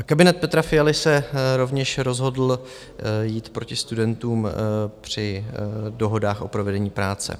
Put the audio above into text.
Kabinet Petra Fialy se rovněž rozhodl jít proti studentům při dohodách o provedení práce.